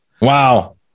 Wow